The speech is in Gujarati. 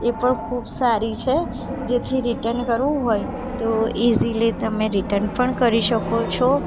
એ પણ ખૂબ સારી છે જેથી રિટર્ન કરવું હોય તો ઇઝીલી તમે રિટર્ન પણ કરી શકો છો